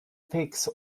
effects